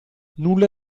nulla